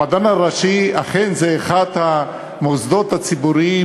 המדען הראשי הוא אכן אחד המוסדות הציבוריים